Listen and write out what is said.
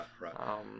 right